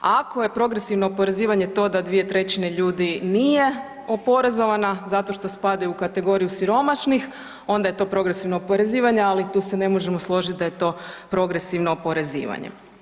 Ako je progresivno oporezivanje to da dvije trećine ljudi nije oporezivano zato što spadaju u kategoriju siromašnih onda je to progresivno oporezivanje, ali tu se ne možemo složiti da je to progresivno oporezivanje.